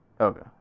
Okay